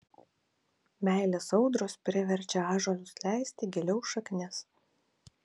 meilės audros priverčia ąžuolus leisti giliau šaknis